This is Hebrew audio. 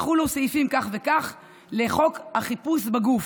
יחולו" סעיפים כך וכך "לחוק החיפוש בגוף